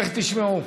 איך תשמעו?